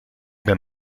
ben